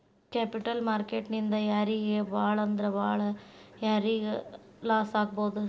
Capital market ನಿಂದಾ ಯಾರಿಗ್ ಭಾಳಂದ್ರ ಭಾಳ್ ಯಾರಿಗ್ ಲಾಸಾಗ್ಬೊದು?